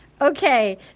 Okay